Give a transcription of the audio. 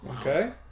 Okay